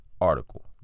article